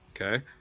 Okay